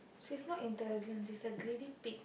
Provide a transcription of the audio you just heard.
she's not intelligent she's a greedy pig